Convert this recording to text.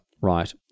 right